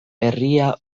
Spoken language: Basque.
herria